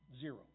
Zero